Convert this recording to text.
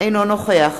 אינו נוכח